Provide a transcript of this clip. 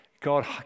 God